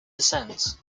descent